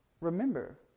Remember